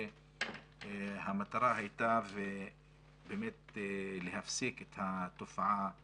והמטרה הייתה להפסיק את התופעה הזאת.